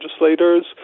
legislators